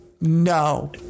no